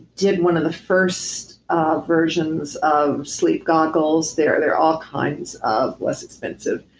did one of the first ah versions of sleep goggles. there there all kinds of less expensive